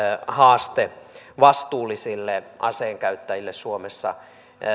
haaste vastuullisille aseenkäyttäjille suomessa